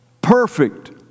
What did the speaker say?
perfect